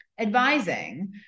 Advising